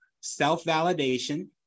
self-validation